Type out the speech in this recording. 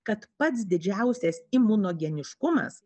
kad pats didžiausias imunogeniškumas